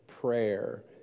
prayer